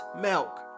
milk